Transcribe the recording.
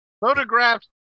Photographs